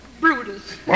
Brutus